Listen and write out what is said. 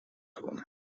gewonnen